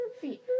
feet